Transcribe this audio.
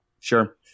Sure